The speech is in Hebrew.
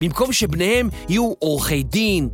במקום שבניהם יהיו עורכי דין.